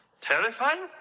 terrifying